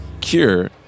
cure